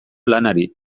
lanari